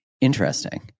interesting